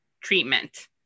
treatment